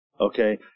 Okay